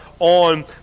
on